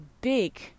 big